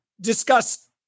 discuss